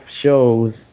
shows